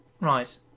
Right